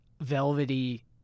velvety